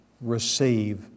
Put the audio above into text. receive